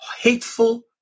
hateful